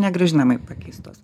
negrąžinamai pakeistos